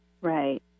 Right